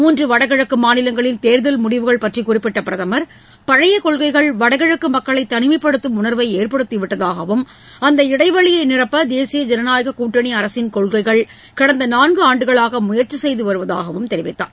மூன்று வடகிழக்கு மாநிலங்களின் தேர்தல் முடிவுகள் பற்றி குறிப்பிட்ட பிரதமர் பழைய கொள்கைகள் வடகிழக்கு மக்களை தனிமைப்படுத்தும் உணர்வை ஏற்படுத்தி விட்டதாகவும் அந்த இடைவெளியை நிரப்ப தேசிய ஜனநாயகக் கூட்டனி அரசின் கொள்கைகள் கடந்த நான்கு ஆண்டுகளாக முயற்சி செய்து வருவதாகவும் தெரிவித்தார்